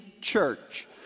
church